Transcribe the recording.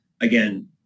again